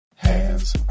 Hands